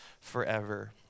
forever